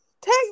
take